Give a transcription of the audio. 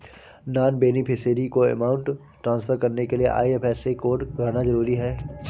non beneficiary को amount transfer करने के लिए आई.एफ.एस.सी कोड भरना जरूरी है